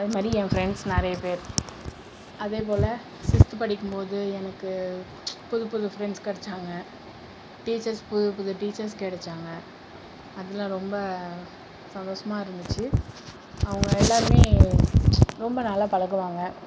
அதுமாதிரி எ ஃப்ரெண்ட்ஸ் நிறைய பேர் அதே போல சிக்ஸ்து படிக்கும் போது எனக்கு புது புது ஃப்ரெண்ட்ஸ் கிடச்சாங்க டீச்சர்ஸ் புது புது டீச்சர் கிடைச்சாங்கள் அதில் ரொம்ப சந்தோஷமாக இருந்துச்சு அவங்க எல்லாருமே ரொம்ப நல்லா பழகுவாங்க